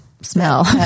smell